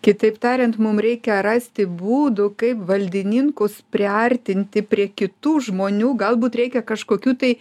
kitaip tariant mum reikia rasti būdų kaip valdininkus priartinti prie kitų žmonių galbūt reikia kažkokių tai